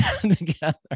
together